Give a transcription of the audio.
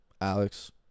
Alex